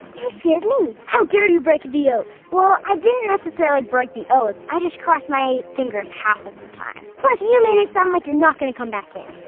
scared me. how dare you break the oath! well, i didn't necessarily break the oath. i just crossed my fingers half of the time, plus you you made it sound like you're not gonna come back in!